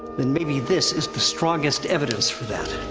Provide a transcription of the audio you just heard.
then maybe this is strongest evidence for that.